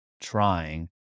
trying